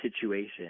situation